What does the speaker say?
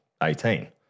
18